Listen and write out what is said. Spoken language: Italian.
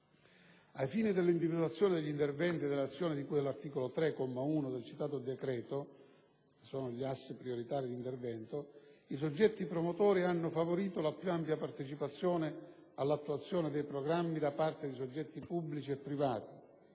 Ai fini dell'individuazione degli interventi e delle azioni di cui all'articolo 3, comma 1 del citato decreto (assi prioritari d'intervento), i soggetti promotori hanno favorito la più ampia partecipazione all'attuazione dei programmi da parte di soggetti pubblici e privati;